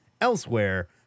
elsewhere